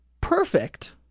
perfect